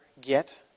get